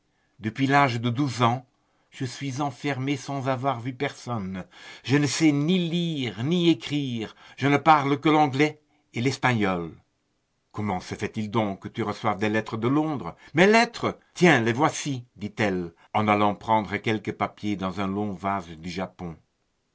depuis l'âge de douze ans je suis enfermée sans avoir vu personne je ne sais ni lire ni écrire je ne parle que l'anglais et l'espagnol comment se fait-il donc que tu reçoives des lettres de londres mes lettres tiens les voici dit-elle en allant prendre quelques papiers dans un long vase du japon